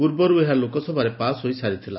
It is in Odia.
ପୂର୍ବର୍ ଏହା ଲୋକସଭାରେ ପାସ୍ ହୋଇ ସାରିଥିଲା